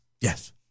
Yes